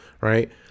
right